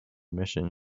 mission